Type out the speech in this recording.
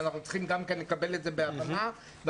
ואנחנו צריכים גם כן לקבל את זה בהבנה ואני